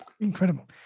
incredible